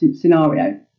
scenario